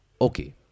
Okay